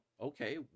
Okay